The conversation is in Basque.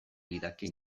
lidake